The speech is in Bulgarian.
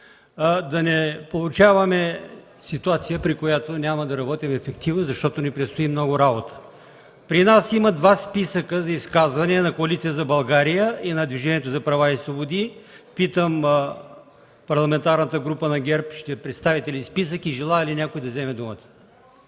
да не се получава ситуация, при която няма да работим ефективно, защото ни предстои много работа. При нас има два списъка за изказвания – на Коалиция за България и на Движението за права и свободи. Питам Парламентарната група на ГЕРБ: ще представите ли списък и желае ли някой да вземе думата?